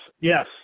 yes